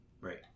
Right